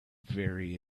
very